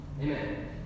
Amen